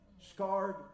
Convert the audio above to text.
Scarred